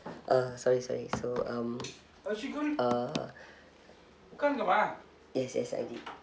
uh sorry sorry so um uh actually gonna uh yes yes I_D